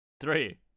Three